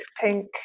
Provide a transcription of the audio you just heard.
pink